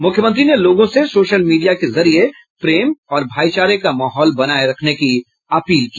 मुख्यमंत्री ने लोगों से सोशल मीडिया के जरिये प्रेम और भाईचारे का माहौल बनाये जाने की अपील की